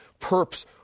perps